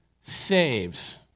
saves